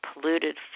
polluted